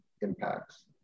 impacts